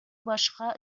башка